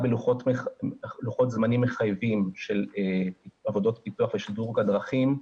בלוחות זמנים מחייבים של עבודות פיתוח ושדרוג הדרכים,